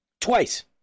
Twice